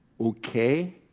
Okay